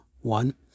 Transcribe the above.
one